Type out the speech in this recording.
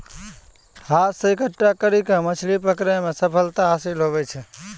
हाथ से इकट्ठा करी के मछली पकड़ै मे सफलता हासिल हुवै छै